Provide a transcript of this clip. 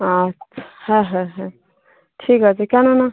আচ্ছা হ্যাঁ হ্যাঁ হ্যাঁ ঠিক আছে কেননা